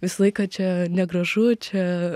visą laiką čia negražu čia